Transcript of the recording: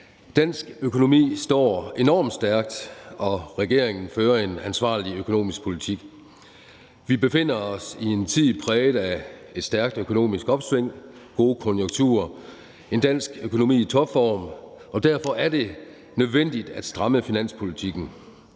Dansk økonomi står enormt stærkt, og regeringen fører en ansvarlig økonomisk politik. Vi befinder os i en tid præget af et stærkt økonomisk opsving, gode konjunkturer, en dansk økonomi i topform, og derfor er det nødvendigt at stramme finanspolitikken.